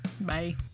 Bye